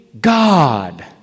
God